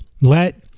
Let